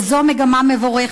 וזו מגמה מבורכת.